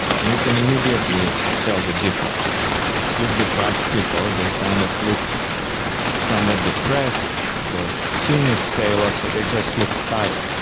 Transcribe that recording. and you can immediately tell the difference. and sleep deprived people, they kind of look somewhat depressed, their skin is paler, so they just look tired.